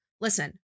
Listen